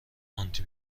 آنتی